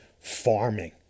farming